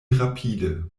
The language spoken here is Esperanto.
rapide